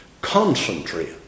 concentrate